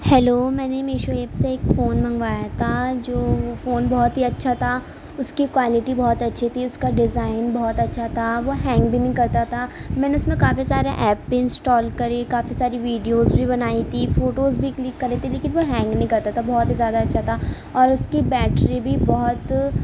hello میں نے Meesho app سے ایک فون منگوایا تھا جو وہ فون بہت ہی اچھا تھا اس کی کوالیٹی بہت اچھی تھی اس کا ڈیزائن بہت اچھا تھا وہ ہینگ بھی نہیں کرتا تھا میں نے اس میں کافی سارے ایپ بھی انسٹال کری کافی ساری ویڈیوز بھی بنائی تھی فوٹوز بھی کلک کرے تھے لیکن وہ ہینگ نہیں کرتا تھا بہت ہی زیادہ اچھا تھا اور اس کی بیٹری بھی بہت